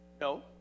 no